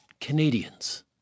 Canadians